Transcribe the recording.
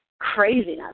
craziness